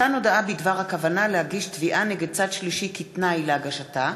(מתן הודעה בדבר הכוונה להגיש תביעה נגד צד שלישי כתנאי להגשתה),